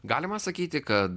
galima sakyti kad